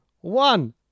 one